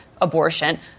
abortion